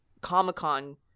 comic-con